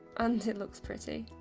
and it looks pretty.